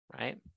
right